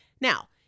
Now